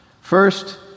first